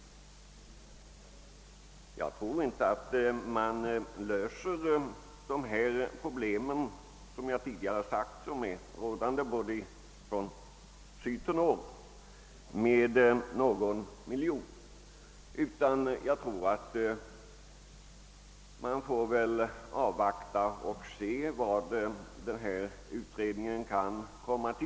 Jag tror lika litet i detta avseende att man kan lösa de problem, som är rådande från syd till nord, med någon miljon i bidrag. Vi bör i stället avvakta utredningens resultat.